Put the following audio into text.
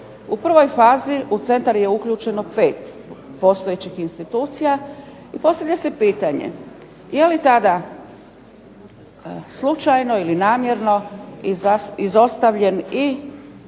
U prvoj fazi u centar je uključeno 5 postojećih institucija i postavlja se pitanje je li tada slučajno ili namjerno izostavljen i